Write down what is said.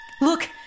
Look